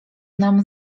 nam